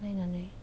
नायनानै